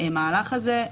מהמהלך הזה,